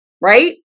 Right